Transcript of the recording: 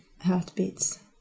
heartbeats